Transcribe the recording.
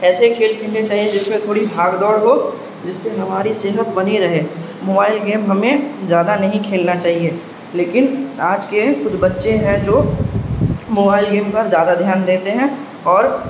ایسے کھیل کھیلنے چاہیے جس میں تھوڑی بھاگ دوڑ ہو جس سے ہماری صحت بنی رہے موبائل گیم ہمیں زیادہ نہیں کھیلنا چاہیے لیکن آج کے کچھ بچے ہیں جو موبائل گیم پر زیادہ دھیان دیتے ہیں اور